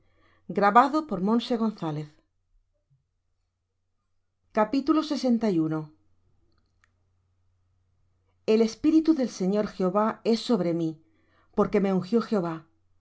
á su tiempo haré que esto sea presto el espíritu del señor jehová es sobre mí porque me ungió jehová